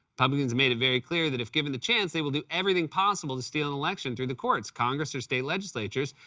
republicans made it very clear that, if given the chance, they will do everything possible to steal an election through the courts, congress, or state legislatures,